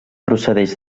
procedeix